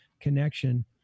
connection